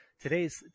today's